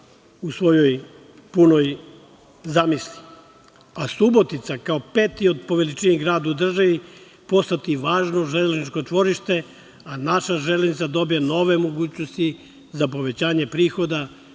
u svojoj punoj zamisli. Subotica, kao peti po veličini grad u državi postaće važno železničko tvorište. Naša železnica dobija nove mogućnosti za povećanje prihoda